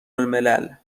الملل